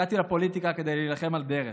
הגעתי לפוליטיקה כדי להילחם על דרך,